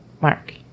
Mark